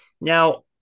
Now